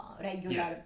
regular